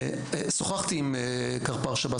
שוחחתי עם קרפ"ר שב"ס,